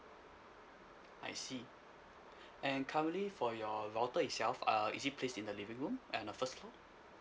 I see and currently for your router itself uh is it placed in the living room on the first floor